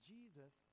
Jesus